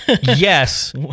yes